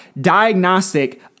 diagnostic